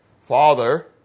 Father